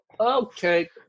okay